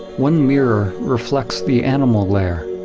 one mirror reflects the animal layer,